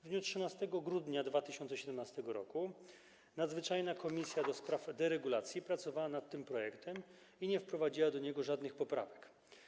W dniu 13 grudnia 2017 r. Komisja Nadzwyczajna ds. deregulacji pracowała nad tym projektem i nie wprowadziła do niego żadnych poprawek.